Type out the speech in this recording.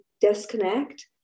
disconnect